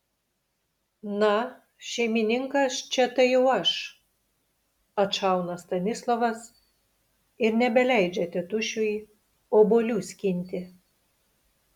na šeimininkas čia tai jau aš atšauna stanislovas ir nebeleidžia tėtušiui obuolių skinti